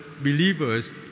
believers